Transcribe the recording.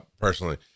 Personally